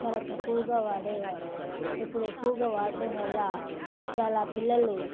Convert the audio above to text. చాలా తక్కువగా వాడేవారు ఇప్పుడు ఎక్కువగా వాడడం వల్ల చాలా పిల్లలు